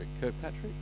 Kirkpatrick